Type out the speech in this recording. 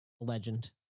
legend